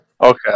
Okay